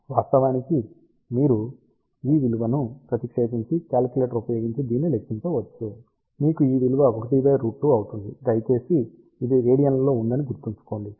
వాస్తవానికి మీరు ఈ విలువను ప్రతిక్షేపించి కాలిక్యులేటర్ ఉపయోగించి దీన్ని లెక్కించవచ్చు మీకు ఈ విలువ 1√2 అవుతుంది దయచేసి ఇది రేడియన్లలో ఉందని గుర్తుంచుకోండి